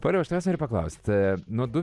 pauliau aš tavęs noriu paklausti nuo du